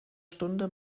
stunde